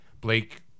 Blake